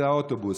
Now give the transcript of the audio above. לאוטובוס.